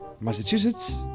Massachusetts